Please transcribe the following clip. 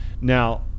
Now